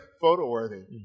photo-worthy